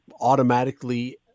automatically